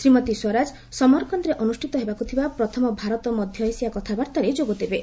ଶ୍ରୀମତୀ ସ୍ପରାଜ ସମରକନ୍ଦରେ ଅନୁଷ୍ଠିତ ହେବାକୁ ଥିବା ପ୍ରଥମ ଭାରତ ମଧ୍ୟଏସିଆ କଥାବାର୍ତ୍ତାରେ ଯୋଗଦେବେ